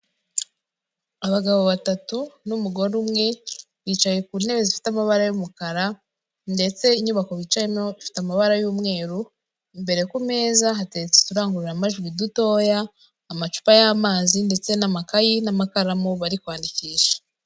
Abagabo batatu n'umugore umwe, bicaye ku ntebe zifite amabara y'umukara ndetse inyubako bicayemo ifite amabara y'umweru, imbere ku meza hateretse uturangururamajwi dutoya, amacupa y'amazi ndetse n'amakayi n'amakaramu bari kwandikisha.